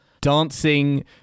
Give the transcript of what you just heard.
dancing